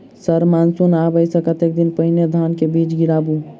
Sir monsoon आबै सऽ कतेक दिन पहिने धान केँ बीज गिराबू?